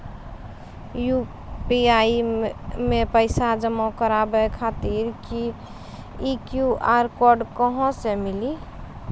UPI मे पैसा जमा कारवावे खातिर ई क्यू.आर कोड कहां से मिली?